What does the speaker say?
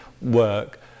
work